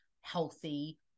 healthy